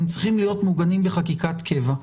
הם צריכים להיות מעוגנים בחקיקת קבע.